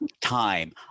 time